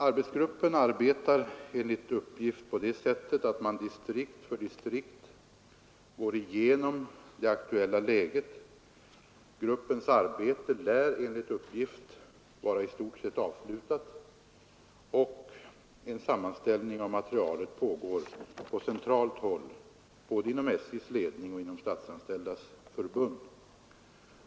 Arbetsgruppen arbetar enligt uppgift på det sättet att den distrikt för distrikt går igenom det aktuella läget. Gruppens arbete lär vara i stort sett avslutat, och en sammanställning av materialet sägs pågå på centralt håll både inom SJ:s ledning och inom Statsanställdas förbund.